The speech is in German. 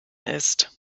ist